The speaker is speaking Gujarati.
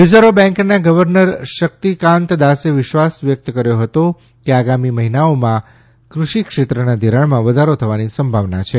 રીઝર્વ બેન્કના ગવર્નર શકિતકાંતદાસે વિશ્વાસ વ્યકત કર્યો હતો કે આગામી મહિનાઓમાં દૃષિક્ષેત્રના ઘિરાણમાં વધારો થવાની સંભાવના છે